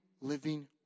living